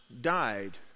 died